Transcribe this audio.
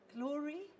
Glory